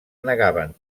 negaven